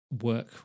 work